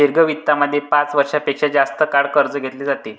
दीर्घ वित्तामध्ये पाच वर्षां पेक्षा जास्त काळ कर्ज घेतले जाते